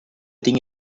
tinc